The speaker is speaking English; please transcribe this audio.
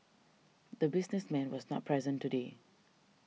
the businessman was not present today